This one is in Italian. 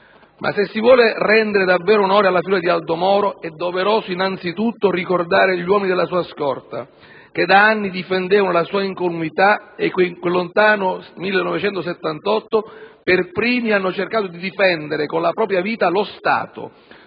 se si vuole rendere davvero onore alla figura di Aldo Moro, è doveroso innanzitutto ricordare gli uomini della sua scorta, che da anni difendevano la sua incolumità e che in quel lontano 1978 per primi hanno tentato di difendere con la propria vita lo Stato,